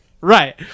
Right